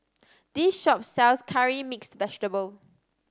this shop sells Curry Mixed Vegetable